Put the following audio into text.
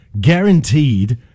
Guaranteed